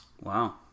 Wow